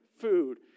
food